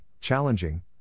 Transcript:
challenging